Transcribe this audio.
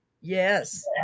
Yes